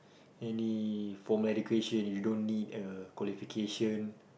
any formal education you don't need a qualification